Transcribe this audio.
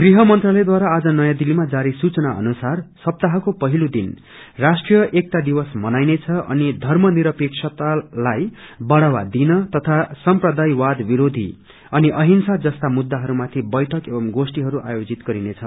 गृह मंत्रालयद्वारा आज नयाँ दिल्तीमा जारी सुचना अनुसार सप्ताहको पहिलो दिन राष्ट्रिय एकता दिवसा मनाइनेछ अनि धर्मनिरपेक्षतालाई बढ़ावा दिन तथा सम्प्रदायवाद विरोधी अनि अहिंसा जस्ता मुद्दाहरूमाथि बैठक एवं गोष्ठीहरू बोजित गरिनेछ